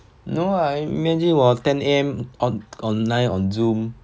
no ah imagine 我 ten A_M on online on zoom